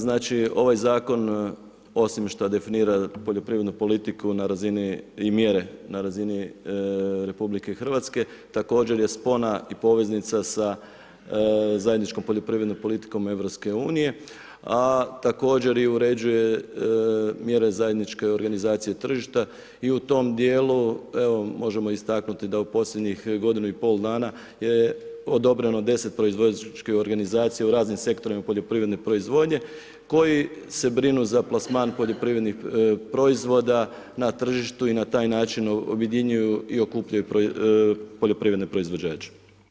Znači ovaj zakon osim što definira poljoprivrednu politiku i mjere na razini RH, također je spona i poveznica sa zajedničkom poljoprivrednom politikom EU-a a također i uređuje mjere zajedničke organizacije tržišta i u tom djelu, možemo istaknuti da u posljednjih godinu i pol dana je odobreno 10 proizvođačkih organizacija u raznim sektorima poljoprivredne proizvodnje koji se brinu za plasman poljoprivrednih proizvoda na tržištu i na taj način objedinjuju i okupljaju poljoprivredne proizvođače.